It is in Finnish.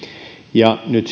ja nyt